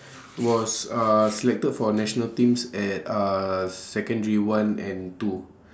was uh selected for national teams at uh secondary one and two